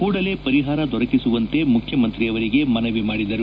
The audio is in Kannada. ಕೂಡಲೇ ಪರಿಹಾರ ದೊರಕಿಸುವಂತೆ ಮುಖ್ಯಮಂತ್ರಿ ಅವರಿಗೆ ಮನವಿ ಮಾಡಿದರು